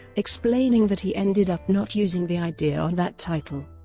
explaining that he ended up not using the idea on that title,